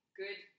good